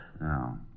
No